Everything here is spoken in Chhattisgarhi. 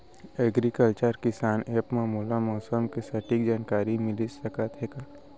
एग्रीकल्चर किसान एप मा मोला मौसम के सटीक जानकारी मिलिस सकत हे का?